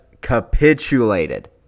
capitulated